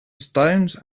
stones